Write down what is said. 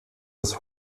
des